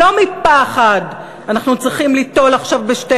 לא מפחד אנחנו צריכים ליטול עכשיו בשתי